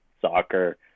soccer